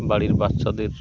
বাড়ির বাচ্চাদের